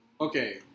Okay